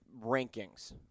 rankings